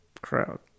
crowd